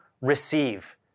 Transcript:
receive